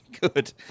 good